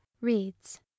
reads